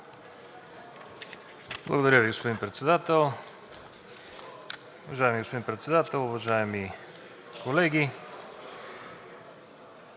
Благодаря Ви, господин Председател. Уважаеми господин Председател, уважаеми колеги!